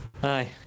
Hi